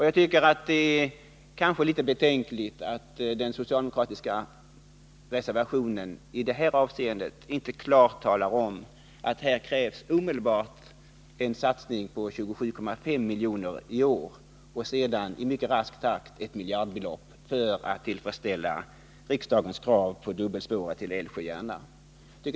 Jag tycker att det kanske är litet betänkligt att det i den socialdemokratiska reservationen i det avseendet inte klart sägs ifrån att det omedelbart krävs en satsning på 27,5 milj.kr. i år och sedan mycket snart ett miljardbelopp för att man skall kunna uppfylla riksdagens krav på dubbelspårsbygge Älvsjö-Järna.